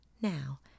now